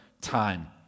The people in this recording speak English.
time